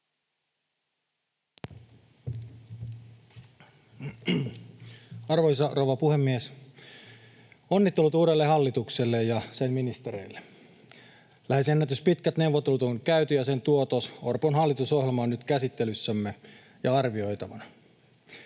Arvoisa rouva puhemies! Onnittelut uudelle hallitukselle ja sen ministereille. Lähes ennätyspitkät neuvottelut on käyty, ja niiden tuotos, Orpon hallitusohjelma, on nyt käsittelyssämme ja arvioitavana.